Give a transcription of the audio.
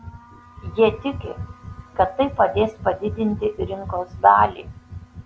jie tiki kad tai padės padidinti rinkos dalį